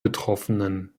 betroffenen